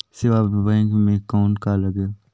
सेवा बर बैंक मे कौन का लगेल?